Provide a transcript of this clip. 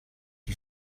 you